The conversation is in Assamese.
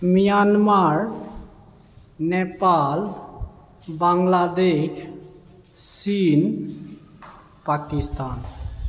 ম্যানমাৰ নেপাল বাংলাদেশ চীন পাকিস্তান